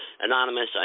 anonymous